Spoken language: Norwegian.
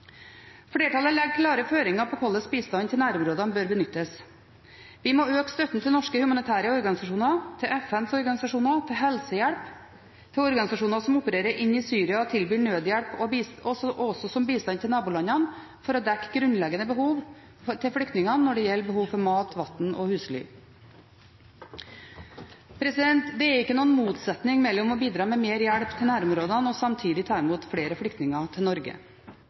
Flertallet legger klare føringer for hvordan bistanden til nærområdene bør benyttes. Vi må øke støtten til norske humanitære organisasjoner, til FNs organisasjoner, til helsehjelp, til organisasjoner som opererer inne i Syria og tilbyr nødhjelp, og også som bistand til nabolandene, for å dekke de grunnleggende behovene til flyktningene når det gjelder behov for mat, vann og husly. Det er ikke noen motsetning mellom å bidra med mer hjelp til nærområdene og samtidig ta imot flere flyktninger til Norge.